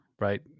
right